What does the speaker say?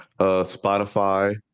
Spotify